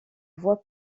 voie